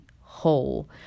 whole